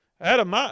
Adam